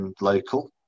local